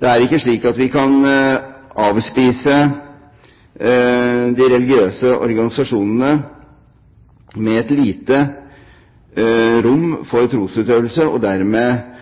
Det er ikke slik at vi kan avspise de religiøse organisasjonene med et lite rom for trosutøvelse og dermed